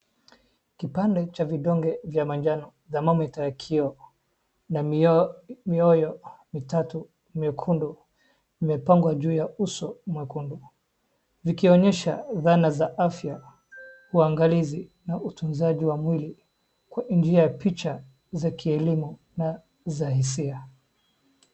Kipande cha vidonge vya manjano thermometer ya kioo na mioyo mitatu miekundu imepangwa juu ya uso mwekundu vikionyesha dhana za afya, uangalizi na utunzaji wa mwili kwa njia ya picha za kielimu na za hisia.